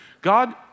God